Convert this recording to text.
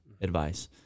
advice